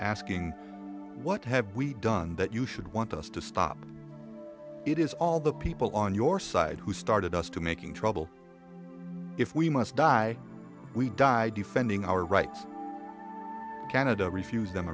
asking what have we done that you should want us to stop it is all the people on your side who started us to making trouble if we must die we die defending our rights canada refused them